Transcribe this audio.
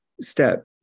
step